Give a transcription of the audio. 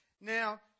Now